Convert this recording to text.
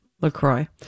LaCroix